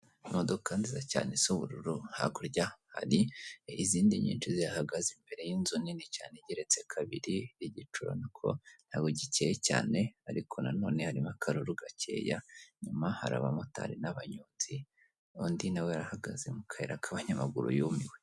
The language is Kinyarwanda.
Imodoka nziza cyane isa ubururu, hakurya hari izindi nyinshi zihagaze, imbere y'inzu nini cyane gereretse kabiri. Igicu urabona ko kidacyeye cyane, ariko nonene harimo akaruru gakeya. Inyuma hara abamotari n'abanyonzi; undi na we arahagaze mu kayira k'abanyamaguru yumiwe.